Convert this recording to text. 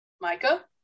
Micah